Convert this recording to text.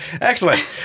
Excellent